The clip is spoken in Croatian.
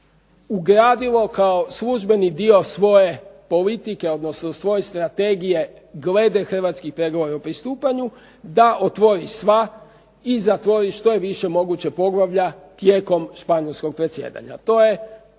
ugradilo kao službeni dio svoje politike, odnosno svoje strategije glede hrvatskih pregovora u pristupanju da otvori sva i zatvori što je moguće više poglavlja tijekom španjolskog predsjedanja.